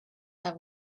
have